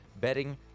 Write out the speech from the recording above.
betting